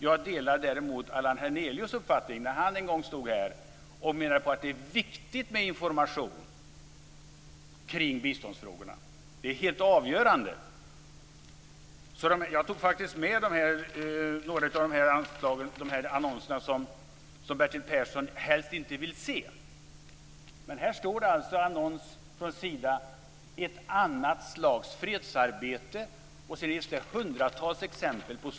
Jag delar däremot den uppfattning som Allan Hernelius en gång framförde här, att det är viktigt med information kring biståndsfrågorna. Det är helt avgörande. Jag har tagit med mig några av de annonser som Bertil Persson helst inte vill se. Här står i en annons från Sida "Ett annat slags fredsarbete", och sedan följer hundratals exempel.